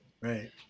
Right